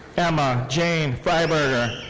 emma jane freiburger.